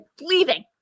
leaving